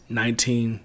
nineteen